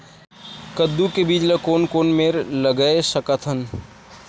कददू के बीज ला कोन कोन मेर लगय सकथन?